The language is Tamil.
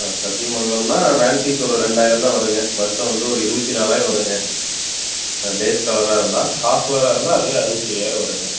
சத்தியமங்கலம்ன்னா வேன் ஃபீஸ் ஒரு ரெண்டாயிரந்தான் வரும்ங்க வர்ஷோம் வந்து ஒரு இருபத்திநாலாயிரோம் வரும்ங்க டேஸ்க்காலராகருந்தா ஹாஸ்ட்டலராகருந்தா அதுவே அறுபத்தி ஐயாயிரம் வரும்ங்க